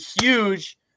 huge